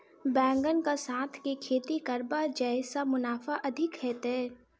बैंगन कऽ साथ केँ खेती करब जयसँ मुनाफा अधिक हेतइ?